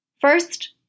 first